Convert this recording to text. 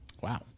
Wow